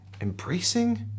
embracing